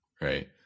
right